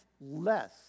less